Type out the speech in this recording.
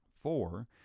four